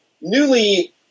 newly